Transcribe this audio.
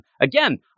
again